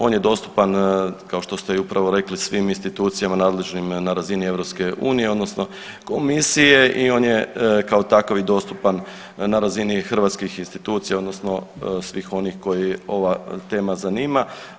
On je dostupan kao što se upravo rekli i svim institucijama nadležnim na razini EU, odnosno Komisije i on je kao takav i dostupan na razini hrvatskih institucija, odnosno svih onih koje ova tema zanima.